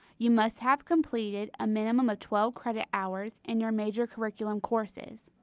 you must have completed a minimum of twelve credit hours in your major curriculum courses.